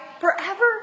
forever